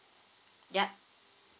yup